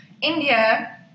India